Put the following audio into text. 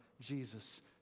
jesus